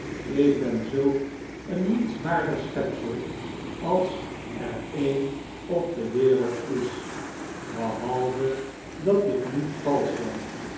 ik ben zulk een nietswaardig schepsel als er een op de wereld is behalve dat ik niet valsch ben